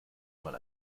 mal